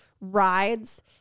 rides